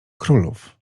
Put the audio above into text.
królów